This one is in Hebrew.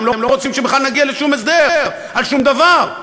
אתם לא רוצים שבכלל נגיע לשום הסדר על שום דבר,